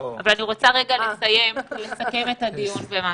אבל אני רוצה לסכם את הדיון במשהו.